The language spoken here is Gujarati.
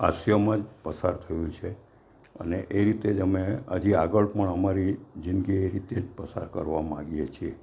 હાસ્યમાં જ પસાર થયું છે અને એ રીતે જ અમે હજી આગળ પણ અમારી જિંદગી એ રીતે પસાર કરવા માંગીએ છીએ